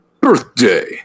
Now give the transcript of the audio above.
birthday